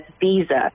visa